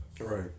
right